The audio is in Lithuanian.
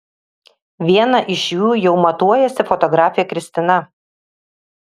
vieną iš jų jau matuojasi fotografė kristina